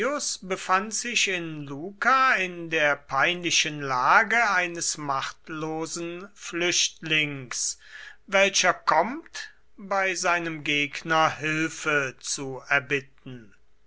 befand sich in luca in der peinlichen lage eines machtlosen flüchtlings welcher kommt bei seinem gegner hilfe zu erbitten